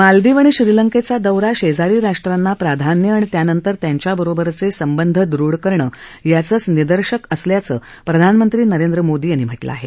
मालदीव आणि श्रीलंकेचा दौरा शेजारी राष्ट्रांना प्राधान्य आणि त्यानंतर त्यांच्याबरोबरचे संबंध दृढ करणं याचच निदर्शक असल्याचं प्रधानमंत्री नरेंद्र मोदी यांनी सांगितलं आहे